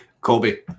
Colby